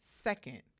second